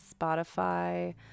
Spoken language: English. Spotify